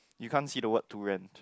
you can't see the word to rent